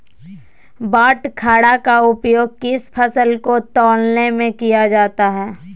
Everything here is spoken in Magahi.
बाटखरा का उपयोग किस फसल को तौलने में किया जाता है?